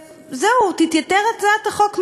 וזהו, תתייתר הצעת החוק מאליה.